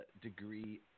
degree